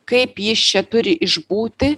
kaip jis čia turi išbūti